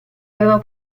aveva